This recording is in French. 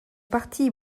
parti